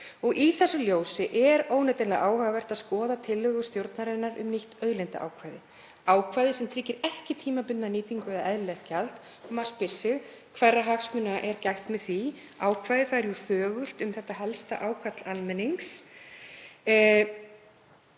Í þessu ljósi er óneitanlega áhugavert að skoða tillögu stjórnarinnar um nýtt auðlindaákvæði, ákvæði sem tryggir ekki tímabundna nýtingu eða eðlilegt gjald og maður spyr sig: Hverra hagsmuna er gætt með því ákvæði? Það er jú þögult um þetta helsta ákall almennings.